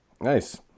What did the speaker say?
nice